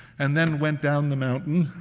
and then went down the mountain,